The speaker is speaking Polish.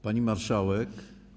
Pani Marszałek!